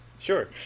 Sure